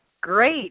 Great